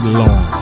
long